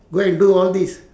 go and do all this